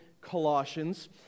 Colossians